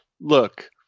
look